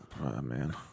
man